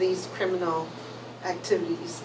these criminal activities